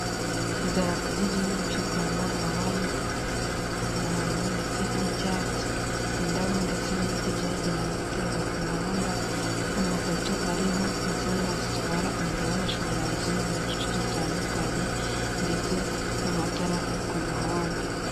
Idarapo ry'igihugu cyu Rwanda mu mabara y'ubururu umuhondo ndetse n'icyatsi indabo ndetse n'ibiti byagenewe guterwa ku muhanda amapoto ariho insinga zitwara umuriro w'amashanyarazi mu duce dutandukanye ndetse n'amatara yo ku muhanda.